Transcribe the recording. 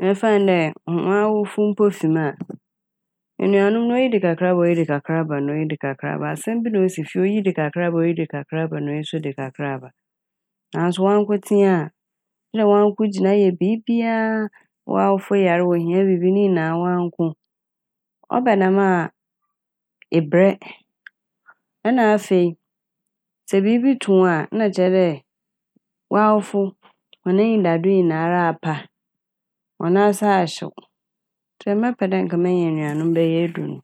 Memfa ne dɛ m'awofo mpo fi mu a, enuanom no oyi de kakra ba, oyi de krakra ba, asɛm bi na esi fie aoyi de kakra ba, oyi de krakra ba, oyi so de kakra ba. Naaso wankotsee a na wanko gyina yɛ biibia a. W'awofo yar wo hia biibi ne nyinaa wanko ɔba ne dɛm a ebrɛ nna afei sɛ biibi to wo a na kyerɛ dɛ w'awofo hɔn enyidado nyinara apa, hɔn ase ahyew ntsi mɛpɛ dɛ menya enuanom bɛyɛ eduonu.